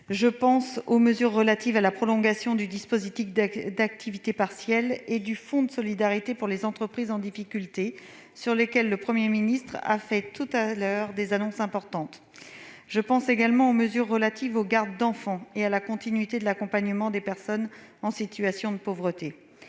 Je pense aux mesures relatives à la prolongation du dispositif d'activité partielle et du fonds de solidarité pour les entreprises en difficulté, à propos desquels le Premier ministre a fait des annonces importantes cet après-midi. Je pense également aux mesures relatives aux gardes d'enfants et à la continuité de l'accompagnement des personnes en situation de pauvreté.